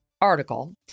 article